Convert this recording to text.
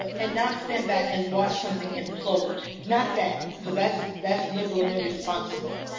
ah and not stand back and watch something implode. not that. because that's that's liberal and irresponsible.